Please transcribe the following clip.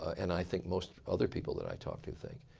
and i think most other people that i talk to think.